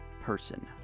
person